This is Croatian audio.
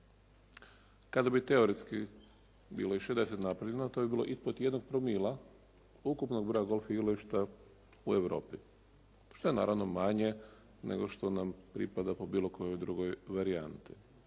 Kada bi teoretski i 60 napravljeno to bi bilo ispod jednog promila ukupnog broja golf igrališta u Europi, što je naravno manje nego što nam pripada po nekoj drugoj varijanti.